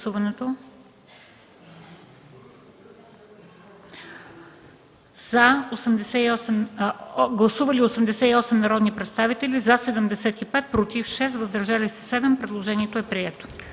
Гласували 91 народни представители: за 88, против няма, въздържали се 3. Предложението е прието.